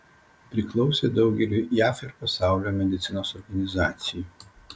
priklausė daugeliui jav ir pasaulio medicinos organizacijų